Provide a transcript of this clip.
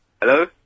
Hello